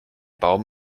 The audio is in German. baum